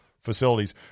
facilities